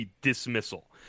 dismissal